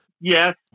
Yes